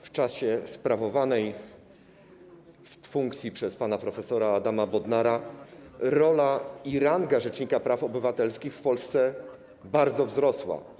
W czasie sprawowania funkcji przez pana prof. Adama Bodnara rola i ranga rzecznika praw obywatelskich w Polsce bardzo wzrosła.